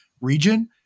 region